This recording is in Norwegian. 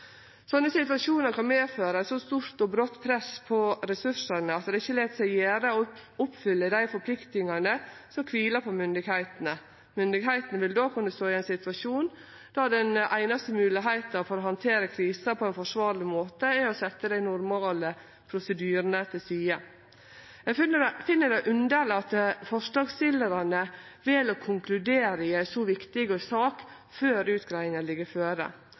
Sånne situasjonar kan medføre eit så stort og brått press på ressursane at det ikkje let seg gjere å oppfylle dei forpliktingane som kviler på myndigheitene. Myndigheitene vil då kunne stå i ein situasjon der den einaste moglegheita for å handtere krisa på ein forsvarleg måte, er å setje dei normale prosedyrane til side. Eg finn det underleg at forslagsstillarane vel å konkludere i ei så viktig sak før utgreiinga ligg føre.